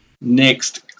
Next